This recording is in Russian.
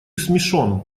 смешон